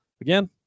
again